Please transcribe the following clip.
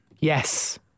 Yes